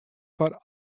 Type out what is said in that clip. foar